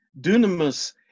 Dunamis